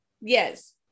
Yes